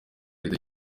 leta